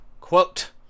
quote